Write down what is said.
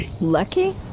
Lucky